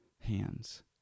hands